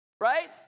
right